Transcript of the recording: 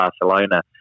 Barcelona